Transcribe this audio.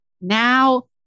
now